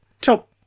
top